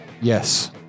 Yes